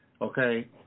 Okay